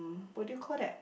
what do you call that